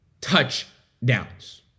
touchdowns